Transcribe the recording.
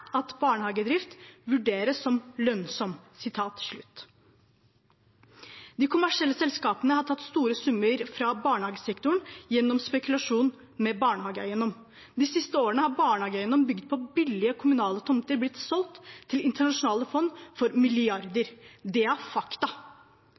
at barnehagedrift vurderes som lønnsom.» De kommersielle selskapene har tatt store summer fra barnehagesektoren gjennom spekulasjon med barnehageeiendom. De siste årene har barnehageeiendom, bygd på billige kommunale tomter, blitt solgt til internasjonale fond for milliarder.